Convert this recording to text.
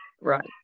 Right